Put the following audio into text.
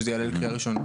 שזה יעלה לקריאה ראשונה,